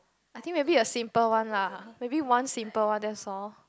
I think maybe a simple one lah maybe one simple one that's all